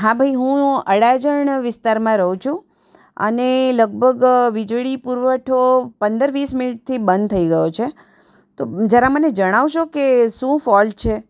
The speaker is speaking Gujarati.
હા ભાઈ હું અડાજણ વિસ્તારમાં રહું છું અને લગભગ વીજળી પુરવઠો પંદર વીસ મિનિટથી બંધ થઈ ગયો છે તો જરા મને જણાવશો કે શું ફોલ્ટ છે